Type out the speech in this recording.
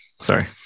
sorry